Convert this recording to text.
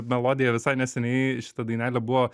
melodija visai neseniai šita dainelė buvo